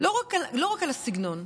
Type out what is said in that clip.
לא רק על הסגנון,